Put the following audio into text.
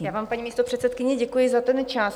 Já vám, paní místopředsedkyně, děkuji za ten čas.